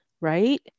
right